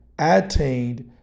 attained